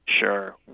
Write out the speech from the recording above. Sure